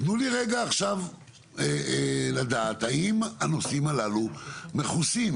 תנו לי רגע עכשיו לדעת האם הנושאים הללו מכוסים?